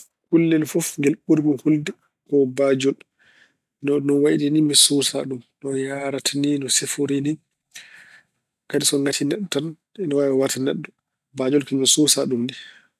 Kullel fof ngel ɓurmi hulde ko baajol. No ɗum wayi ni mi suusa ɗum, no yahrata ni, no siforii ni. Kadi so ngati neɗɗo tan ine waawi warde neɗɗo. Baajol kay mi suusaa ɗum ni.